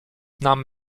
nam